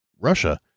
Russia